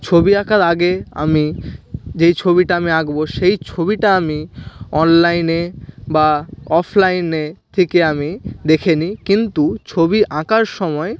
ছবি আঁকার আগে আমি যেই ছবিটা আমি আঁকবো সেই ছবিটা আমি অনলাইনে বা অফলাইনে থেকে আমি দেখে নিই কিন্তু ছবি আঁকার সময়